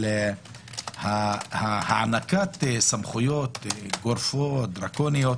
הענקת סמכויות גורפות, דרקוניות